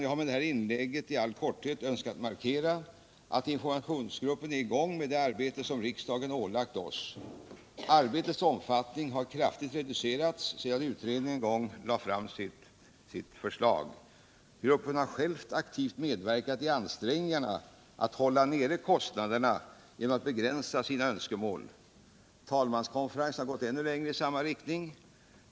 Jag har med detta inlägg i all korthet önskat markera att informationsgruppen är i gång med det arbete som riksdagen ålagt oss. Arbetets omfattning har kraftigt reducerats sedan utredningen en gång lade fram sitt förslag. Gruppen har själv z£ktivt medverkat i ansträngningarna att hålla nere kostnaderna genom att begränsa sina önskemål. Talmanskonferensen har gått ännu längre i samma riktning.